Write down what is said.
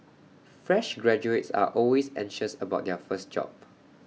fresh graduates are always anxious about their first job